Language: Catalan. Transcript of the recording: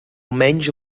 almenys